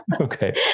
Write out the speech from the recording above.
okay